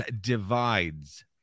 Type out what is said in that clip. divides